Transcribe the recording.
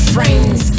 Friends